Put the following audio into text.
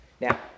Now